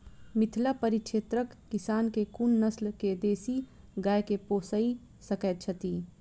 मिथिला परिक्षेत्रक किसान केँ कुन नस्ल केँ देसी गाय केँ पोइस सकैत छैथि?